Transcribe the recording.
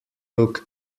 look